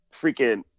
freaking